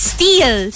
Steel